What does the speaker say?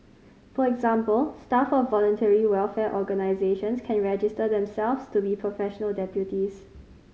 for example staff of voluntary welfare organisations can register themselves to be professional deputies